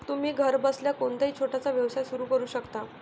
तुम्ही घरबसल्या कोणताही छोटासा व्यवसाय सुरू करू शकता